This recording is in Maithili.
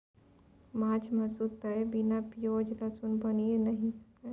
माछ मासु तए बिना पिओज रसुनक बनिए नहि सकैए